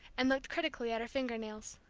and looked critically at her finger-nails.